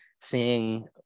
seeing